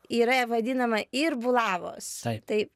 yra vadinama ir bulavos tai